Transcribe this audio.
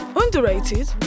underrated